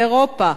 באירופה.